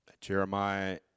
Jeremiah